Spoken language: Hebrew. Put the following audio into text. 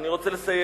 אני רוצה לסיים.